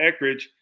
Eckridge